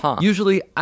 Usually